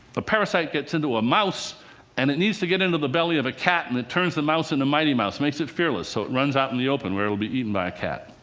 a parasite gets into a mouse and needs to get into the belly of a cat. and it turns the mouse into mighty mouse, makes it fearless, so it runs out in the open, where it'll be eaten by a cat.